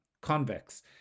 convex